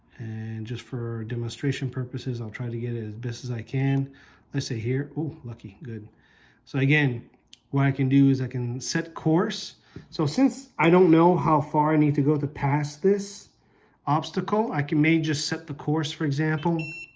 and just for demonstration purposes i'll try to get it as best as i can i say here oh lucky good so again what i can do is i can set course so since i don't know how far i need to go to past this obstacle i can may just set the course for example